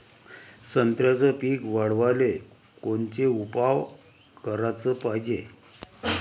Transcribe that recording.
संत्र्याचं पीक वाढवाले कोनचे उपाव कराच पायजे?